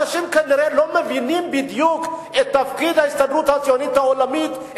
אנשים כנראה לא מבינים בדיוק את תפקיד ההסתדרות הציונית העולמית,